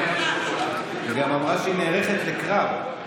היא גם אמרה שהיא נערכת לקרב,